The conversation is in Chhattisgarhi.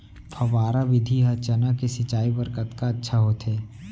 फव्वारा विधि ह चना के सिंचाई बर कतका अच्छा होथे?